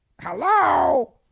Hello